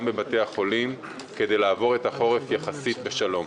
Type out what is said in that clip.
בבתי החולים כדי לעבור את החורף יחסית בשלום.